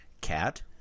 cat